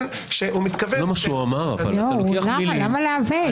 למה לעוות?